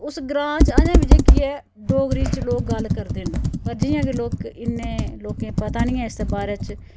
ते उस ग्रांऽ च अजें बी जेह्की ऐ डोगरी च लोक गल्ल करदे न पर जियां के लोक इन्ने लोकें ई पता नी ऐ इस दे बारे च